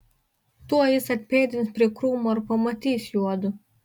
tuoj jis atpėdins prie krūmo ir pamatys juodu